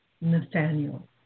Nathaniel